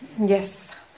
yes